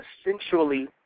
essentially